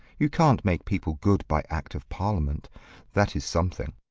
you can't make people good by act of parliament that is something.